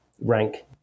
rank